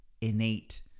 innate